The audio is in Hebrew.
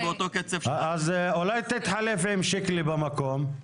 אולי תתחלף עם שקלי במקום?